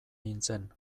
nintzen